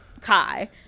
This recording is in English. Kai